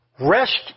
Rest